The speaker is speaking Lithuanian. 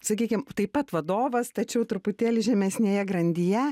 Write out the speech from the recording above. sakykim taip pat vadovas tačiau truputėlį žemesnėje grandyje